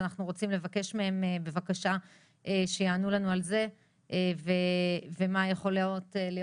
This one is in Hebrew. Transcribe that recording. אנחנו רוצים לבקש מהם בבקשה שיענו לנו על זה ומה מבחינתם יכולות להיות